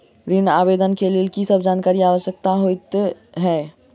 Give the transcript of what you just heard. ऋण आवेदन केँ लेल की सब जानकारी आवश्यक होइ है?